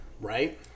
Right